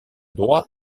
droit